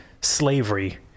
slavery